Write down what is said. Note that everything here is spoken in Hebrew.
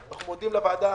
אנחנו מודיעים לוועדה